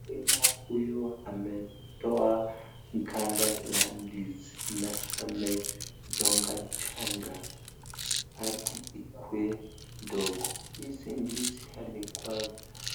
Mkulima huyu ametoa ganda la ndizi na amechongachonga hadi ikue ndogo. Hizi ndizi alikuwa